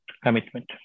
commitment